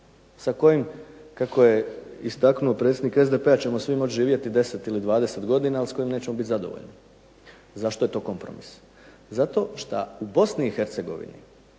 sa kojim, kako je istaknuo predsjednik SDP-a ćemo svi moći živjeti 10 ili 20 godina, ali s kojim nećemo biti zadovoljni. Zašto je to kompromis? Zato što u BiH nemaju svi